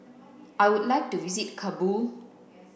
I would like to visit Kabul